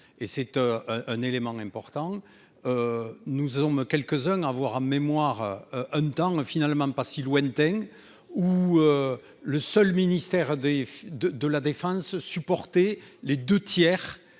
et c'est. Un élément important. Nous sommes quelques-uns à avoir en mémoire un temps finalement pas si lointain où. Le seul ministère des de de la Défense supporter les 2 tiers